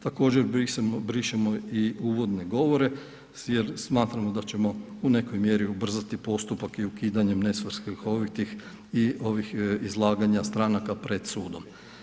Također brišemo i uvodne govore jer smatramo da ćemo u nekoj mjeri ubrzati postupak i ukidanjem nesvrsishovitih i izlaganja stranka pred sudom.